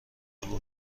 بود